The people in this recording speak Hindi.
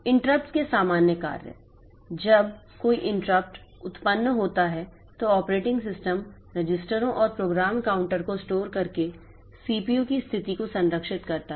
इंटरप्ट्स के सामान्य कार्य जब कोई इंटरप्ट उत्पन्न होता है तो ऑपरेटिंग सिस्टम रजिस्टरों और प्रोग्राम काउंटर को स्टोर करके CPU की स्थिति को संरक्षित करता है